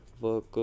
work